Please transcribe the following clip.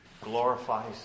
glorifies